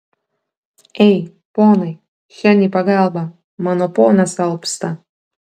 ei ponai šen į pagalbą mano ponas alpsta